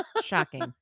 Shocking